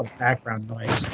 um background noise.